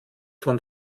von